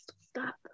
stop